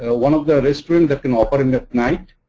ah one of the restaurant, they can operate and at night.